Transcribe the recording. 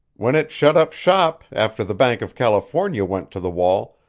when it shut up shop after the bank of california went to the wall,